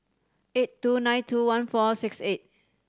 eight two nine two one four six eight